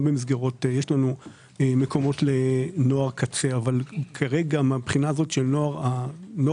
יש לנו מקומות לנוער קצה אבל כרגע מן הבחינה הזאת של נוח"מ,